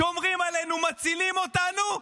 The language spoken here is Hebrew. שומרים עלינו, מצילים אותנו.